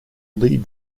lead